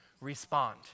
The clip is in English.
respond